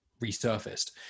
resurfaced